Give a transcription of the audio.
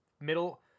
middle